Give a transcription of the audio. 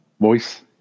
voice